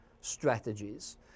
strategies